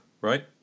right